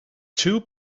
two